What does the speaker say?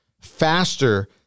faster